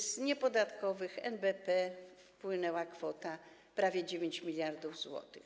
Z niepodatkowych - NBP - wpłynęła kwota prawie 9 mld zł.